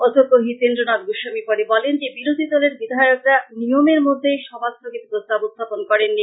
অধ্যক্ষ হীতেন্দ্র নাথ গোস্বামী পরে বলেন যে বিরোধী দলের বিধায়করা নিয়মের মধ্যে সভাস্থগিত প্রস্তাব উত্থাপন করেননি